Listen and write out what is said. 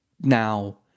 now